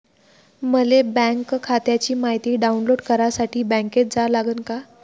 मले बँक खात्याची मायती डाऊनलोड करासाठी बँकेत जा लागन का?